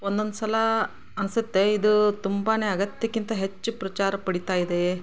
ಒಂದೊಂದು ಸಲ ಅನ್ಸುತ್ತೆ ಇದು ತುಂಬಾ ಅಗತ್ಯಕ್ಕಿಂತ ಹೆಚ್ಚು ಪ್ರಚಾರ ಪಡಿತಾ ಇದೆ